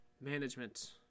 management